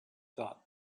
thought